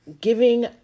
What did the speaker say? giving